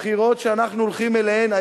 הבחירות שאנחנו הולכים אליהן היום,